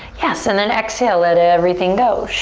yes, and then exhale let everything go.